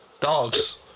Dogs